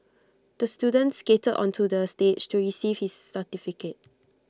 the student skated onto the stage to receive his certificate